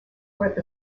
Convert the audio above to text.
worth